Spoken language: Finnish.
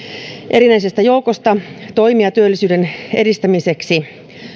erinäisestä joukosta toimia työllisyyden edistämiseksi